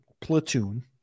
platoon